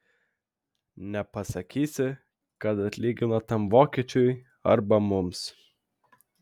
nepasakysi kad atlygino tam vokiečiui arba mums